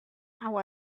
how